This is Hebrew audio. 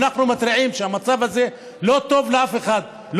ואנחנו מתריעים שהמצב הזה לא טוב לאף אחד,